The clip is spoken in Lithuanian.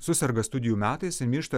suserga studijų metais jie miršta